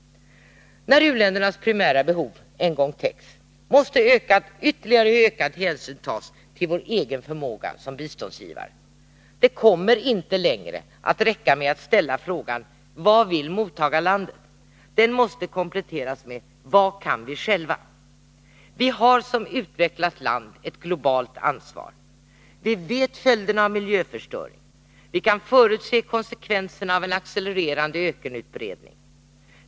När u-ländernas primära behov en gång täckts, måste ytterligare ökad hänsyn tas till vår egen förmåga som biståndsgivare. Det kommer inte längre att räcka med att ställa frågan: Vad vill mottagarlandet? Den måste kompletteras med: Vad kan vi själva? Vi har som ett utvecklat land ett globalt ansvar. Vi vet vilka följderna blir av miljöförstöring. Vi kan förutse konsekvenserna av en accelererande ökenutbredning.